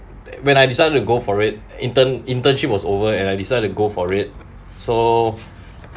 when I decided to go for it intern~ internship was over and I decided to go for it so